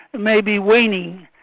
may be waning,